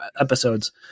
episodes